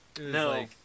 No